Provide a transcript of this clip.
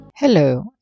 Hello